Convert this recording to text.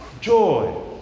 joy